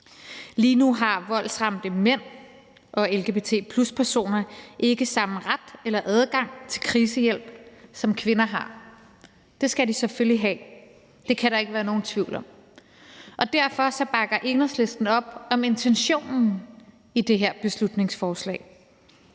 Lige nu har voldsramte mænd og lgbt+-personer ikke samme ret eller adgang til krisehjælp, som kvinder har. Det skal de selvfølgelig have. Det kan der ikke være nogen tvivl om. Og derfor bakker Enhedslisten op om intentionen i det her beslutningsforslag.